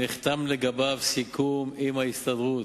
ונחתם לגביו סיכום עם ההסתדרות.